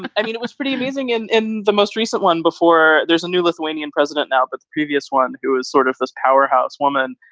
but i mean, it was pretty amazing in in the most recent one before. there's a new lithuanian president now, but the previous one who is sort of this powerhouse woman,